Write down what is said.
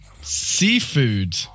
Seafood